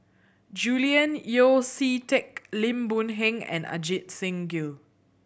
Julian Yeo See Teck Lim Boon Heng and Ajit Singh Gill